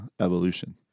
evolution